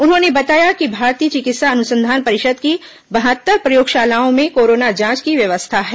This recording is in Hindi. उन्होंने बताया कि भारतीय चिकित्सा अनुसंधान परिषद की बहत्तर प्रयोगशालाओं में कोरोना जांच की व्यवस्था है